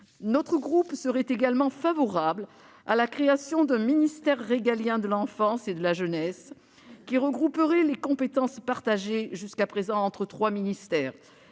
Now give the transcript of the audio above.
Territoires serait également favorable à la création d'un ministère régalien de l'enfance et de la jeunesse, qui regrouperait les compétences partagées jusqu'à présent entre trois ministères